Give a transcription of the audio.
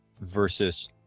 versus